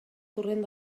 torrent